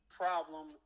problem